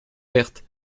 verte